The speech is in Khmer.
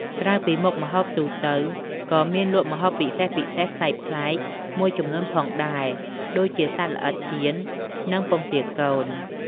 ក្រៅពីមុខម្ហូបទូទៅ ក៏មានអ្នកលក់ម្ហូបពិសេសៗប្លែកៗមួយចំនួនផងដែរ ដូចជាសត្វល្អិតចៀន និងពងទាកូន។